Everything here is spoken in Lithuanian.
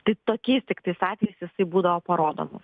tai tokiais tiktais atvejais jisai būdavo parodomas